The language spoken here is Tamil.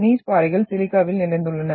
நீய்ஸ் பாறைகள் சிலிக்காவில் நிறைந்துள்ளன